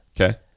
Okay